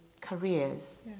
careers